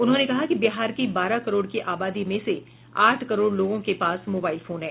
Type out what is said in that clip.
उन्होंने कहा कि बिहार की बारह करोड़ की आबादी में से आठ करोड़ लोगों के पास मोबाइल फोन है